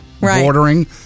bordering